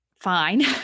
fine